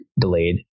delayed